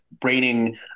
braining